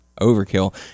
overkill